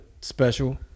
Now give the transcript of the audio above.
special